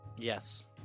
yes